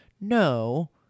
no